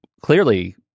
clearly